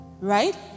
Right